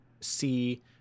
see